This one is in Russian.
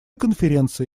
конференция